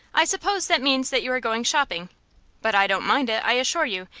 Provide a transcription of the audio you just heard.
i suppose that means that you are going shopping but i don't mind it, i assure you,